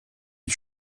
ich